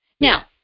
Now